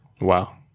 Wow